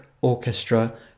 orchestra